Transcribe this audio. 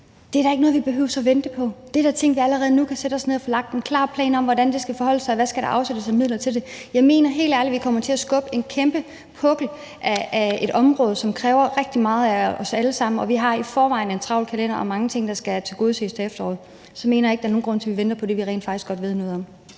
Det er da ikke noget, vi behøver at vente på, for det er da ting, vi allerede nu kan sætte os ned og få lagt en klar plan om hvordan skal forløbe, og hvad der skal afsættes af midler til. Jeg mener helt ærligt ikke, da vi kommer til at skubbe en kæmpe pukkel af et område, som kræver rigtig meget af os alle sammen, foran os, og vi i forvejen har en travl kalender og mange ting, der skal tilgodeses til efteråret, der er nogen grund til at vente på det, som vi rent faktisk godt ved noget om.